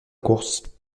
course